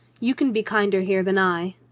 you can be kinder here than i,